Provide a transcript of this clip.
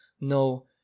no